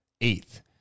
eighth